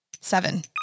Seven